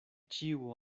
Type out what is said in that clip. ĉiu